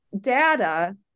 data